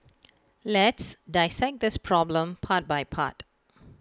let's dissect this problem part by part